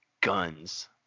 guns